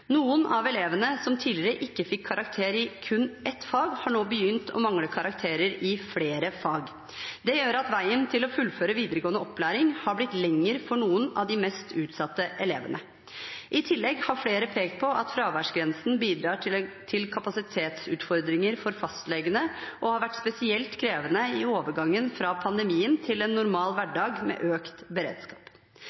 Noen av elevene som tidligere ikke fikk karakter i kun ett fag, har nå begynt å mangle karakter i flere fag. Det gjør at veien til å fullføre videregående opplæring har blitt lengre for noen av de mest utsatte elevene. I tillegg har flere pekt på at fraværsgrensen bidrar til kapasitetsutfordringer for fastlegene, og har vært spesielt krevende i overgangen fra pandemien til en normal